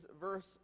verse